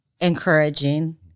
encouraging